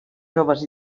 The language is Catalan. joves